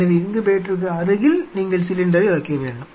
எனவே இன்குபேட்டருக்கு அருகில் நீங்கள் சிலிண்டரை வைக்க வேண்டும்